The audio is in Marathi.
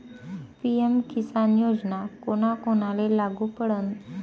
पी.एम किसान योजना कोना कोनाले लागू पडन?